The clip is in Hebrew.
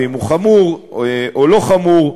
ואם הוא חמור או לא חמור.